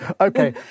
Okay